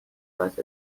وسط